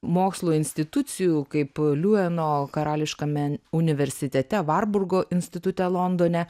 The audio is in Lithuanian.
mokslo institucijų kaip liueno karališkame universitete warburgo institute londone